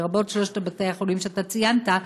לרבות שלושת בתי-החולים שאתה ציינת,